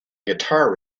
guitar